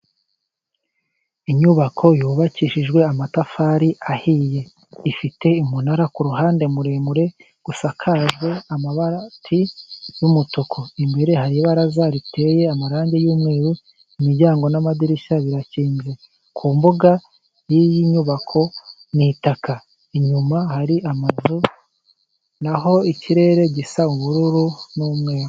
Inyubako yubakishijwe amatafari ahiye, ifite umunara ku ruhande muremure usakajwe amabati y'umutuku, imbere hari ibaraza riteye amarangi y'umweru, imiryango n'amadirishya birakinze, ku mbuga y'iyi nyubako ni itaka, inyuma hari amazu, naho ikirere gisa ubururu n'umweru.